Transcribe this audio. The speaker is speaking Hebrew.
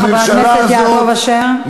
חבר הכנסת יעקב אשר.